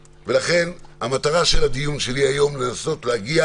ולכן, המטרה של הדיון שלי היום לנסות להגיע